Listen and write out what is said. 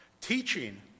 Teaching